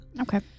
Okay